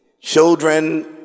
children